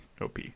OP